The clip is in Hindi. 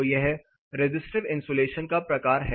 तो यह रिज़िस्टिव इन्सुलेशन का प्रकार है